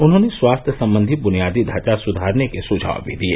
उन्होंने स्वास्थ्य संबंधी बुनियादी ढांचा सुधारने के सुझाव भी दिए